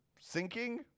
sinking